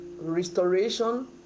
restoration